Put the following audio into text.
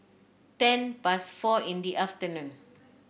ten past four in the afternoon